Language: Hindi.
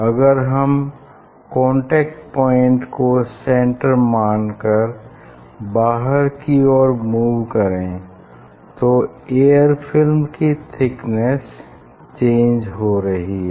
अगर हम कांटेक्ट पॉइंट को सेन्टर मान कर बाहर की ओर मूव करें तो एयर फिल्म की थिकनेस चेंज हो रही है